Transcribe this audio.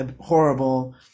horrible